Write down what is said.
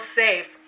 safe